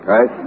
Right